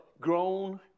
grown